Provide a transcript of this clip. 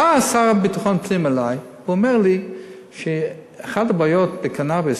בא השר לביטחון פנים אלי ואומר לי שאחת הבעיות בקנאביס,